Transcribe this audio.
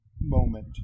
moment